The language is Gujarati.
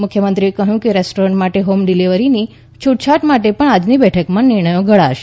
મુખ્યમંત્રીએ કહ્યું કે રેસ્ટોરેન્ટ માટે હોમ ડિલીવરીની છૂટછાટો માટે પણ આજેની બેઠકમાં નિયમો ઘડાશે